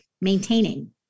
maintaining